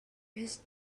his